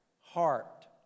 heart